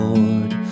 Lord